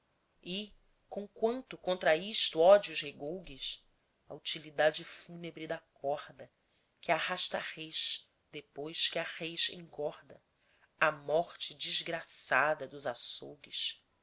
e conquanto contra isto ódios regougues a utilidade fúnebre da corda que arrasta a rês depois que a rês engorda à morte desgraçada dos açougues